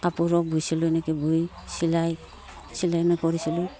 কাপোৰত বৈছিলোঁ এনেকৈ বৈ চিলাই চিলাই মই কৰিছিলোঁ